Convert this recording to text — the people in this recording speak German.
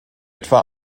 etwa